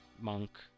monk